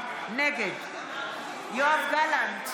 נגד יואב גלנט,